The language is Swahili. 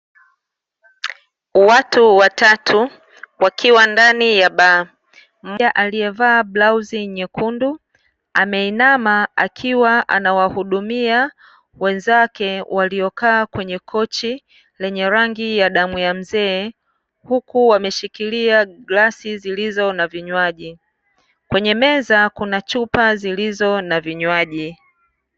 Watu watatu wakiwa ndani ya baa, mmoja aliyevaa blauzi nyekundu ameinama akiwa anawahudumia wenzake waliokaa kwenye kochi lenye rangi ya damu ya mzee, huku wameshikilia glasi zilizo na vinywaji. Kwenye meza kuna chupa zilizo na vinywaji.